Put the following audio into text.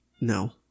no